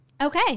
Okay